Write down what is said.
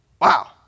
wow